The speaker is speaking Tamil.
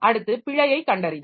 அடுத்து பிழையைக் கண்டறிதல்